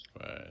right